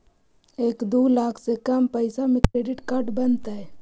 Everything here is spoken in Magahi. एक दू लाख से कम पैसा में क्रेडिट कार्ड बनतैय?